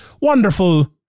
wonderful